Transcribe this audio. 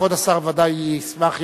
כבוד השר בוודאי ישמח,